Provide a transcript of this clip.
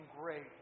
great